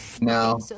no